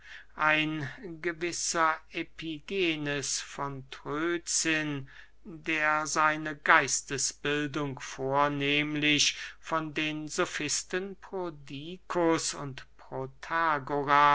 ein gewisser epigenes von trözen der seine geistesbildung vornehmlich von den sofisten prodikus und